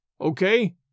okay